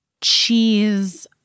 cheese